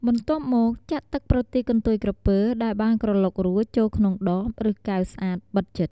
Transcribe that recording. បន្ទាប់់មកចាក់ទឹកប្រទាលកន្ទុយក្រពើដែលបានក្រឡុករួចចូលក្នុងដប ឬកែវស្អាតបិទជិត។